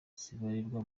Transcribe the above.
zibarirwa